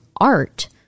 art